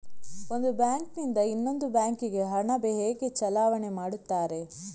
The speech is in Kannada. ಒಂದು ಬ್ಯಾಂಕ್ ನಿಂದ ಇನ್ನೊಂದು ಬ್ಯಾಂಕ್ ಗೆ ಹಣ ಹೇಗೆ ಚಲಾವಣೆ ಮಾಡುತ್ತಾರೆ?